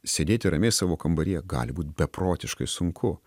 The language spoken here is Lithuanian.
sėdėti ramiai savo kambaryje gali būt beprotiškai sunku